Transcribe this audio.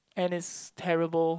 and it's terrible